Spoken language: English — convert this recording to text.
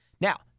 Now